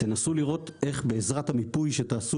אלא תנסו לראות איך בעזרת המיפוי שתעשו